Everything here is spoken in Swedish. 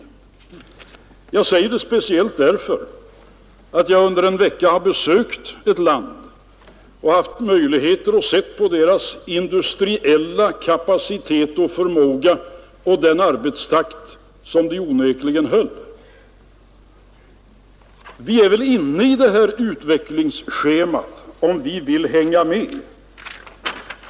Jag säger detta speciellt därför att jag under en vecka har besökt ett främmande land och där haft möjligheter att se på den stora industriella kapacitet som det landet har och den höga arbetstakt som man där onekligen har. Även vi är inne i det utvecklingsschemat, och vi får väl försöka hänga med.